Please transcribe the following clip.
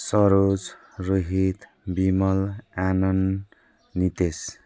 Saroj Rohit Vimal Anand Nitesh